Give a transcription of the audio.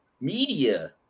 media